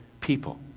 people